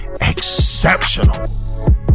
exceptional